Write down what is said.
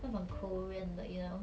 那种 korean 的 you know